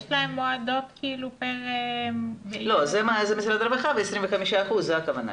יש להם --- זה משרד הרווחה, 25%. זה הכוונה.